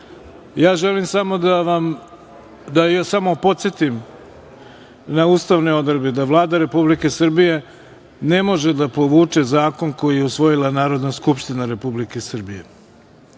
želim samo da vas podsetim da ustavne odredbe, da Vlada Republike Srbije ne može da povuče zakon koji je usvojila Narodna skupština Republike Srbije. Mi